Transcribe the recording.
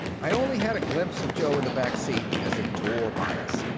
i only had a glimpse of joe in the back seat as it tore by us.